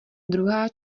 druhá